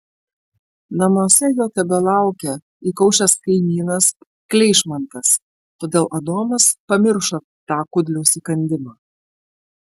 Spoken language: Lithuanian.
namuose jo tebelaukė įkaušęs kaimynas kleišmantas todėl adomas pamiršo tą kudliaus įkandimą